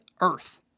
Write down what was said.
Earth